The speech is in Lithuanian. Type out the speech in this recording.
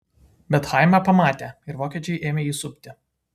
bet chaimą pamatė ir vokiečiai ėmė jį supti